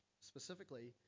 specifically